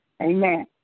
Amen